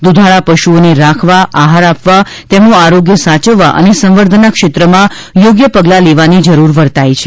દૂધાળા પશુઓને રાખવા આહાર આપવા તેમનું આરોગ્ય સાચવવા અને સંવર્ધનના ક્ષેત્રમાં યોગ્ય પગલાં લેવાની જરૂર વર્તાય છે